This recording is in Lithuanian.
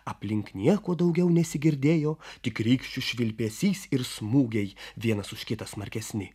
aplink nieko daugiau nesigirdėjo tik rykščių švilpesys ir smūgiai vienas už kitą smarkesni